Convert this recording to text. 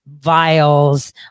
vials